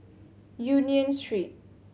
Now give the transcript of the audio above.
Union Street